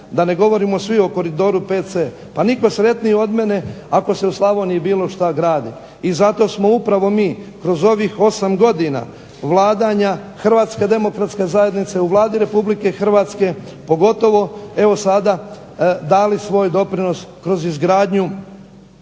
da ne govorimo svi o koridoru VC. Pa nitko sretniji od mene ako se u Slavoniji bilo što gradi i zato smo upravo mi kroz ovih 8 godina vladanja, HDZ je u Vladi Republike Hrvatske pogotovo evo sada dali svoj doprinos kroz izgradnju